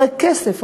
אחרי כסף,